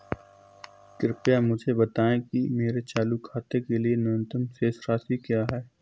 कृपया मुझे बताएं कि मेरे चालू खाते के लिए न्यूनतम शेष राशि क्या है?